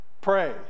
Pray